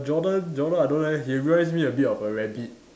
Jonah Jonah I don't know eh he reminds me a bit of a rabbit